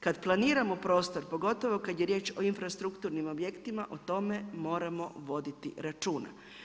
Kada planiramo prostor, pogotovo kada je riječ o infrastrukturnim objektima o tome moramo voditi računa.